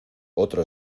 otro